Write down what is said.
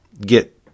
get